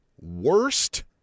worst